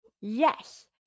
Yes